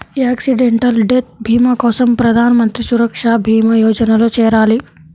accidental death భీమా కోసం ప్రధాన్ మంత్రి సురక్షా భీమా యోజనలో చేరాలి